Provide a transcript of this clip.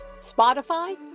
Spotify